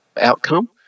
outcome